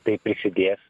taip prisidės